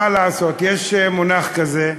מה לעשות, יש מונח כזה,